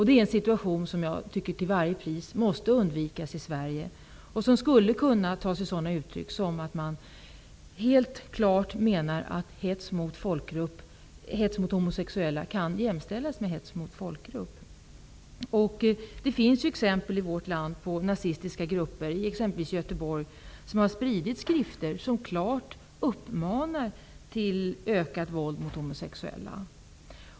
Det är en situation som till varje pris måste undvikas i Sverige. Det här skulle kunna ta sig uttryck så, att man helt klart menar att hets mot homosexuella kan jämställas med hets mot folkgrupp. Det finns ju exempel i vårt land på nazistiska grupper, exempelvis i Göteborg, som har spritt skrifter där man klart uppmanar till ökat våld mot homosexuella.